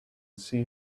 see